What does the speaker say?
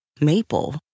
maple